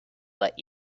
let